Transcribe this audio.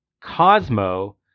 Cosmo